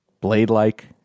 blade-like